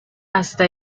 hasta